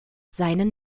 seinen